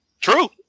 True